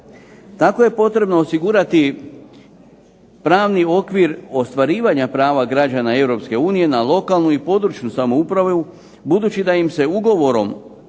Tako je potrebno osigurati pravni okvir ostvarivanja prava građana EU na lokalnu i područnu samoupravu budući da im se ugovorom o osnivanju